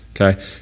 okay